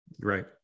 Right